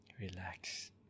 relax